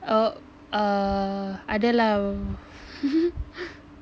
oh err ada lah or